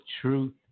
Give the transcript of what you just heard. truth